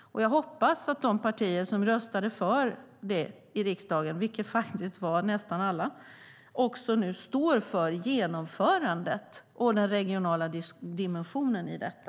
Jag hoppas att de partier som röstade för det i riksdagen, vilket faktiskt var nästan alla, nu står för genomförandet och den regionala dimensionen i detta.